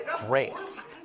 grace